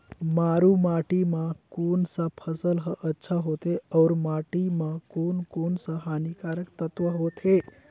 मारू माटी मां कोन सा फसल ह अच्छा होथे अउर माटी म कोन कोन स हानिकारक तत्व होथे?